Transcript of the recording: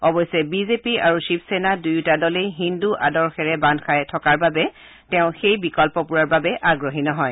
অৱশ্যে বিজেপি আৰু শিৱসেনা দুয়োটা দলেই হিন্দু আদৰ্শৰে বান্ধ খাই আছে বাবে তেওঁ সেই বিকল্পবোৰৰ বাবে আগ্ৰহী নহয়